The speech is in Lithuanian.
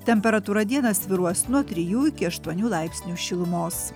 temperatūra dieną svyruos nuo trijų iki aštuonių laipsnių šilumos